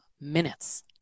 minutes